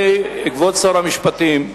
כבוד שר המשפטים,